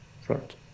front